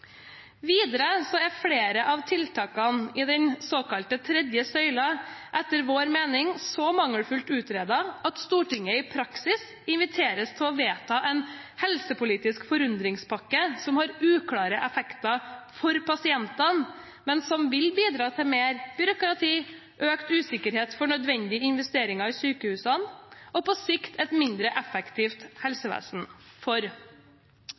er flere av tiltakene i den såkalte tredje søylen etter vår mening så mangelfullt utredet at Stortinget i praksis inviteres til å vedta en helsepolitisk forundringspakke som har uklare effekter for pasientene, men som vil bidra til mer byråkrati, økt usikkerhet for nødvendige investeringer i sykehusene og på sikt et mindre effektivt helsevesen.